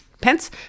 Pence